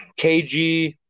KG